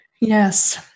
Yes